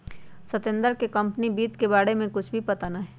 सत्येंद्र के कंपनी वित्त के बारे में कुछ भी पता ना हई